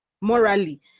morally